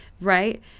Right